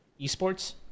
esports